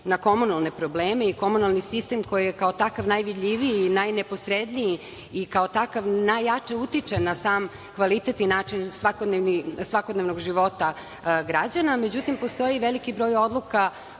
na komunalne probleme i komunalni sistem, koji je kao takav najvidljivi i najneposredniji i kao takav najjače utiče na sam kvalitet i način svakodnevnog života građana.Međutim, postoji veliki broj odluka